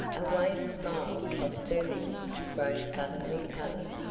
a wan smile crossed her lips grown suddenly pallid.